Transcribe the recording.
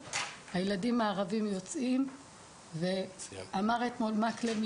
אני לא יכולה לתאר לכם את החיים כדי להגיע להיות דוקטורנטית היום.